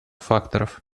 факторов